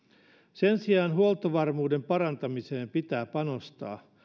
sen sijaan huoltovarmuuden parantamiseen pitää panostaa